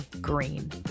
Green